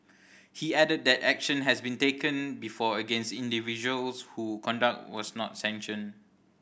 he added that action has been taken before against individuals who conduct is not sanctioned